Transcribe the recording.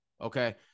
okay